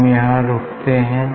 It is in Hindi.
हम यहाँ रुकते हैं